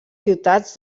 ciutats